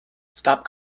stop